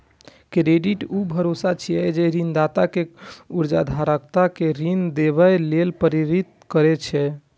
credit ऊ भरोसा छियै, जे ऋणदाता कें उधारकर्ता कें ऋण देबय लेल प्रेरित करै छै